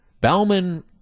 Bauman